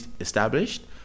established